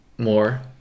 more